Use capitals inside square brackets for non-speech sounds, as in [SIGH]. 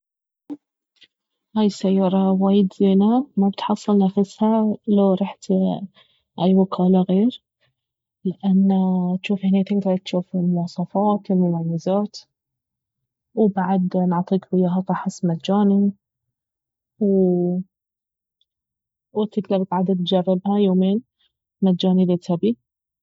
هاي السيارة وايد زينة ما بتحصل نفسها لو رحت أي وكالة غير لانه جوف هني تقدر تجوف المواصفات المميزات وبعد نعطيك وياها فحص مجاني و [HESITATION] وتقدر بعد تجربها يومين مجاني اذا تبي